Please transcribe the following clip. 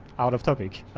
out of topic.